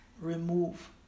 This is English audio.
remove